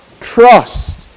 trust